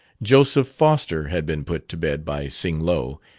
joseph foster had been put to bed, by sing-lo,